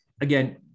again